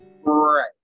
Right